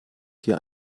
hier